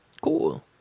Cool